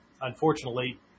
unfortunately